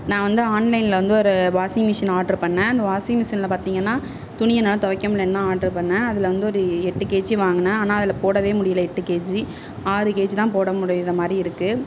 நான் வந்து ஆன்லைன்லே வந்து ஒரு வாஷிங் மிசின் ஆர்டர் பண்ணே அந்த வாஷிங் மிஷினில் பார்த்தீங்கன்னா துணியலாம் துவைக்க முடியலன்னுதான் ஆர்டர் பண்ணே அதில் வந்து ஒரு எட்டு கேஜி வாங்கின ஆனால் அதில் போட முடியலை எட்டு கேஜி ஆறு கேஜி தான் போட முடிகிற மாதிரி இருக்கு